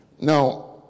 Now